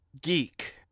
geek